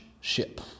ship